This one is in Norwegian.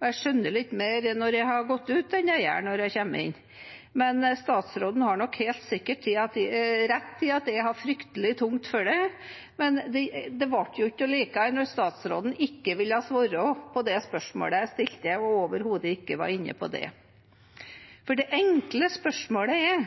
og jeg skjønner litt mer når jeg går ut enn jeg gjorde da jeg kom inn. Statsråden har nok helt sikkert rett i at jeg har fryktelig tungt for det, men det ble jo ikke noe bedre når statsråden ikke ville svare på det spørsmålet jeg stilte, og overhodet ikke var inne på det. For det enkle spørsmålet er: